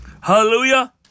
Hallelujah